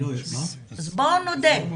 אז בואו נודה.